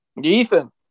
ethan